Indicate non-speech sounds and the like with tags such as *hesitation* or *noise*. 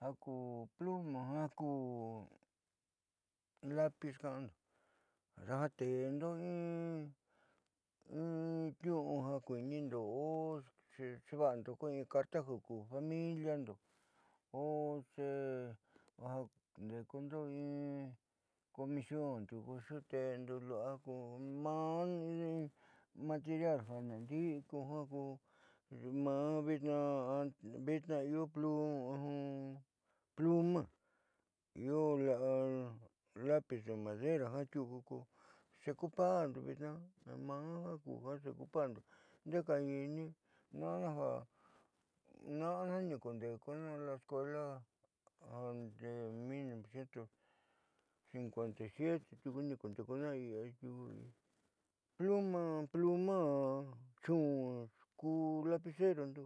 Ja ku pl *hesitation* a jiaa ku lápiz ka'ando ja teendoo in niu'u in ja kuinindo daava'ando in carta ja ku familiando ojandeekundo in comision tiuku xuteendo lu'a ko maá material ja nandi'i ku jiaa ko maa vitnaa io pl *hesitation* a io la'a lápiz de madera ja tiuku ko xeocupando vitnaa maá jiaa kuja ocupando ndeé kañinni na'ana ja na'ana ni kundeekuna la'a escuela en 1957 tiuku ni kundekuna tiuku pl *hesitation* a pl *hesitation* a chun ni ku lápicerondo